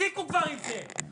תפסיקו כבר עם זה.